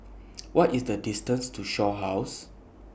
What IS The distance to Shaw House